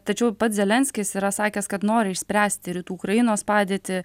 tačiau pats zelenskis yra sakęs kad nori išspręsti rytų ukrainos padėtį